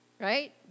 right